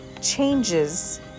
changes